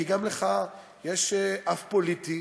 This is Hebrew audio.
כי גם לך יש אף פוליטי